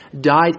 died